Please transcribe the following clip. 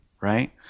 Right